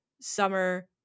summer